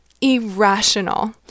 Irrational